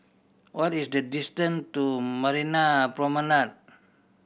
what is the distance to Marina Promenade